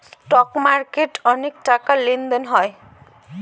stock মার্কেটে অনেক টাকার লেনদেন হয়